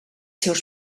seus